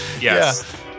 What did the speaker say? Yes